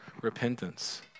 repentance